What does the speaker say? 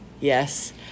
Yes